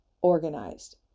organized